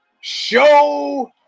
Show